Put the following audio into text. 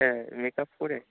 হ্যাঁ মেকআপ করে